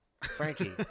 frankie